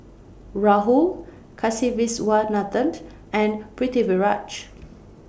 Rahul Kasiviswanathan and Pritiviraj